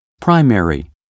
Primary